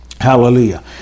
Hallelujah